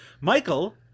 Michael